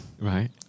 right